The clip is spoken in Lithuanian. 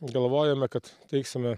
galvojome kad teiksime